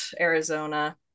Arizona